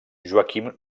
joaquim